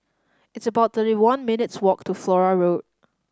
it's about thirty one minutes' walk to Flora Road